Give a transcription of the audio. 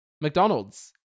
McDonald's